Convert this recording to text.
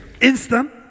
instant